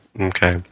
Okay